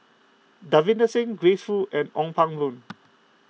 Davinder Singh Grace Fu and Ong Pang Boon